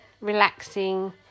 relaxing